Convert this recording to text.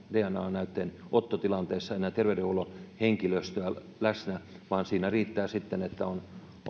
näytteen ottotilanteessa enää terveydenhuollon henkilöstöä läsnä vaan siinä riittää se että on